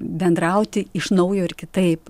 bendrauti iš naujo ir kitaip